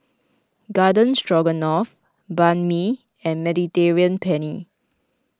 Garden Stroganoff Banh Mi and Mediterranean Penne